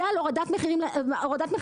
על הורדת מחירים לצרכן.